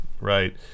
right